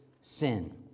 sin